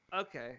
Okay